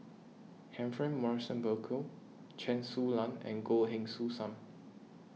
Humphrey Morrison Burkill Chen Su Lan and Goh Heng Soon Sam